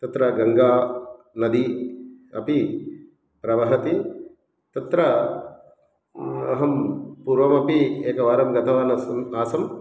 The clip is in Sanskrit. तत्र गङ्गानदी अपि प्रवहति तत्र अहं पूर्वमपि एकवारं गतवानासम् आसं